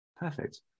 Perfect